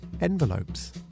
envelopes